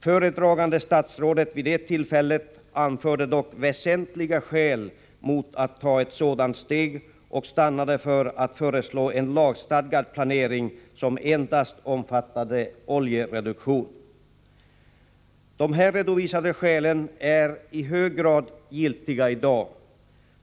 Föredragande statsråd anförde dock vid det tillfället väsentliga skäl mot att ta ett sådant steg och stannade för att föreslå en lagstadgad planering som endast omfattade oljereduktion. De här redovisade skälen är i hög grad giltiga i dag.